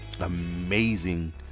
amazing